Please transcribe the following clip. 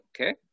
okay